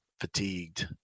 fatigued